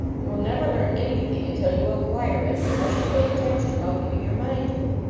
you will never learn anything until you acquire it, unless you pay attention while giving your mind to it.